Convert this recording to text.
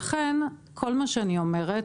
לכן כל שאני אומרת,